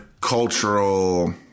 cultural